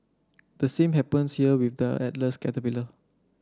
the same happens here with the Atlas caterpillar